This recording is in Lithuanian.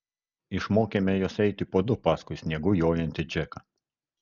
išmokėme juos eiti po du paskui sniegu jojantį džeką